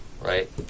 right